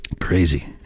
crazy